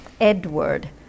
Edward